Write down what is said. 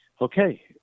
okay